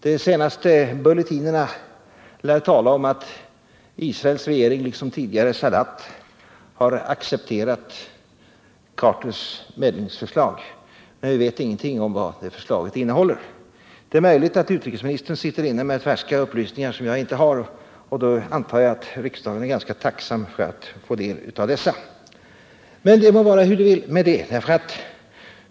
De senaste bulletinerna lär tala om att Israels regering, liksom tidigare Sadat, har accepterat Carters medlingsförslag, men vi vet ingenting om vad det förslaget innehåller. Det är möjligt att utrikesministern sitter inne med färska upplysningar som jag inte har. I så fall tror jag att riksdagens ledamöter vore ganska tacksamma för att få ta del av dessa. Det må emellertid vara hur det vill med den saken.